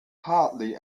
hardly